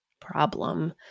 problem